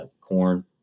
corn